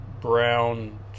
brown